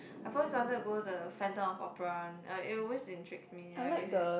I've always wanted to go the Phantom-of-Opera [one] it always intrigues me I really like